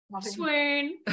swoon